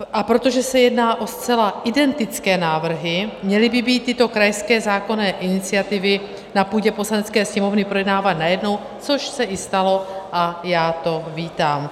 A protože se jedná o zcela identické návrhy, měly by být tyto krajské zákonné iniciativy na půdě Poslanecké sněmovny projednávány najednou, což se i stalo, a já to vítám.